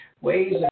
Ways